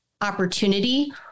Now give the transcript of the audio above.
opportunity